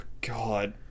god